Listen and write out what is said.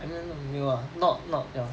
I mean I mean 没有 ah not not liao